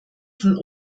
von